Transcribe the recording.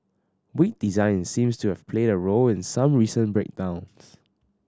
weak design seems to have played a role in some recent breakdowns